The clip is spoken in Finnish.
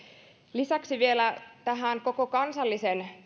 lisäksi vielä koko kansallisen